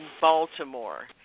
Baltimore